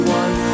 one